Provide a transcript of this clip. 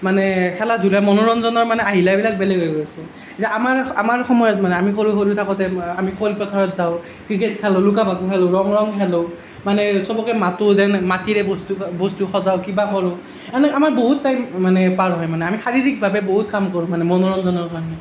মানে খেলা ধূলা মনোৰঞ্জনৰ মানে আহিলাবিলাক বেলেগ হৈ গৈছে এতিয়া আমাৰ আমাৰ সময়ত মানে আমি সৰু সৰু থাকোঁতে আমি খেল পথাৰত যাওঁ ক্ৰিকেট খেলোঁ লুকা ভাকু খেলোঁ ৰং ৰং খেলোঁ মানে চবকে মাতো দেন মাটিৰে বস্তু বস্তু সজাওঁ কিবা কৰোঁ এনে আমাৰ বহুত টাইম মানে পাৰ হয় মানে আমি শাৰীৰিকভাৱে বহুত কাম কৰোঁ মানে মনোৰঞ্জনৰ কাৰণে